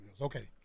Okay